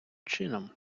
чином